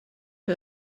who